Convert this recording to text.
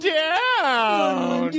down